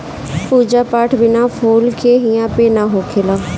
पूजा पाठ बिना फूल के इहां पे ना होखेला